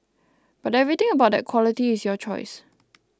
but everything about that quality is your choice